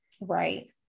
Right